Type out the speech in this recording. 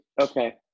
Okay